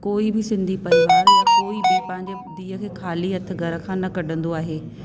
कोई बि सिंधी परिवारु या कोई बि पंहिंजी धीउ खे खाली हथु घर खां न कढ़ंदो आहे